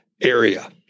area